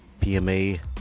PMA